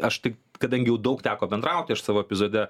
aš tik kadangi jau daug teko bendrauti aš savo epizode